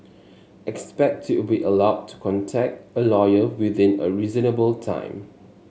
expect to be allowed to contact a lawyer within a reasonable time